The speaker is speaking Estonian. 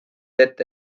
ette